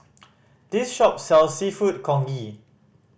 this shop sells Seafood Congee